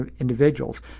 individuals